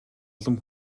улам